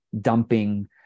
dumping